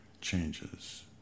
changes